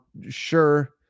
Sure